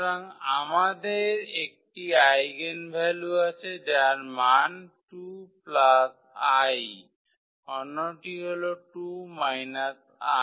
সুতরাং আমাদের একটি আইগেনভ্যালু আছে যার মান 2𝑖 অন্যটি হল 2 𝑖